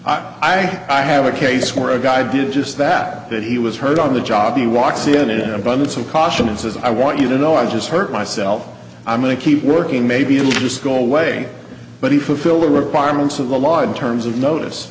i i have a case where a guy did just that that he was hurt on the job he walks in an abundance of caution and says i want you to know i just hurt myself i'm going to keep working maybe i just go away but he fulfilled the requirements of the law in terms of